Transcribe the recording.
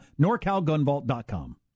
NorCalGunVault.com